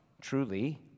truly